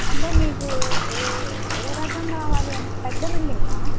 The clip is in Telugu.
అంటే మీకు ఏ ఏ రకం కావాలి పెద్ద బిల్డింగా